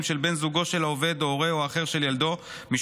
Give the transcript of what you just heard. של בן זוגו של העובד או הורהו האחר של ילדו משום